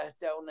down